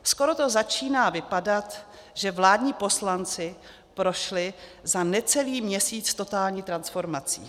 Skoro to začíná vypadat, že vládní poslanci prošli za necelý měsíc totální transformací.